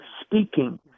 speaking